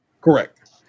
Correct